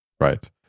Right